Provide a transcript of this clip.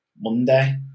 Monday